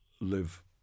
live